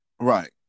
Right